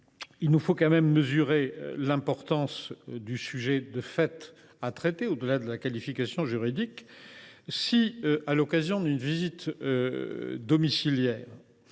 Il nous faut tout de même mesurer l’importance du sujet à traiter, au delà de la qualification juridique. Si, à l’occasion d’une visite domiciliaire,